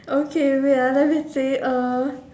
okay wait let me think